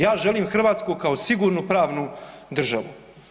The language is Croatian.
Ja želim Hrvatsku kao sigurnu, pravnu državu.